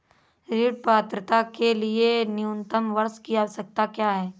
ऋण पात्रता के लिए न्यूनतम वर्ष की आवश्यकता क्या है?